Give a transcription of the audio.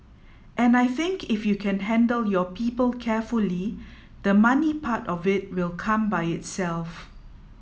and I think if you can handle your people carefully the money part of it will come by itself